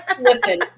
Listen